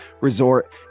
Resort